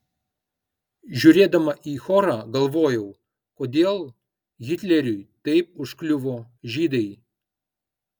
žiūrėdama į chorą galvojau kodėl hitleriui taip užkliuvo žydai